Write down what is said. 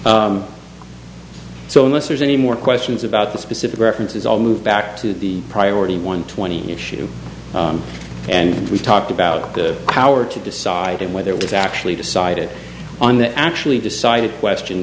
yes so unless there's any more questions about the specific references all moved back to the priority one twenty issue and we talked about the power to decide and whether it's actually decided on the actually decided question